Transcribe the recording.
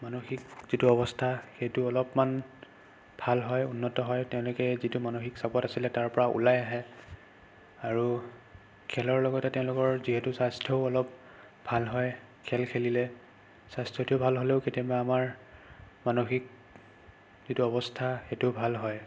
মানসিক যিটো অৱস্থা সেইটো অলপমান ভাল হয় উন্নত হয় তেওঁলোকে যিটো মানসিক চাপত আছিলে তাৰ পৰা ওলাই আহে আৰু খেলৰ লগতে তেওঁলোকৰ যিহেতু স্বাস্থ্যও অলপ ভাল হয় খেল খেলিলে স্বাস্থ্যটো ভাল হ'লেও কেতিয়াবা আমাৰ মানসিক যিটো অৱস্থা সেইটো ভাল হয়